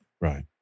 Right